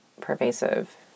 pervasive